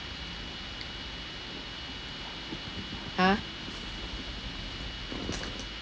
!huh!